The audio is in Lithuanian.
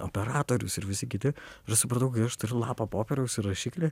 operatorius ir visi kiti ir aš supratau kai aš turiu lapą popieriaus ir rašiklį